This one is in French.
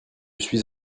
suis